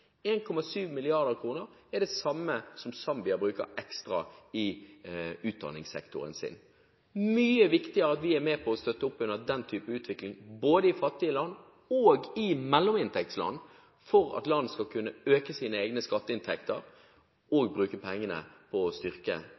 er det samme som Zambia bruker ekstra i utdanningssektoren sin. Det er mye viktigere at vi er med på å støtte opp under den type utvikling både i fattige land og i mellominntektsland for at land skal kunne øke sine egne skatteinntekter og bruke pengene på å styrke